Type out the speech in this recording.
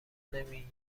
نمی